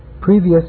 previous